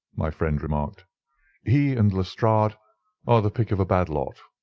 my friend remarked he and lestrade are the pick of a bad lot.